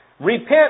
Repent